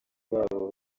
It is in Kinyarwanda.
babo